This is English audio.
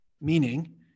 meaning